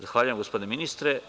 Zahvaljujem, gospodine ministre.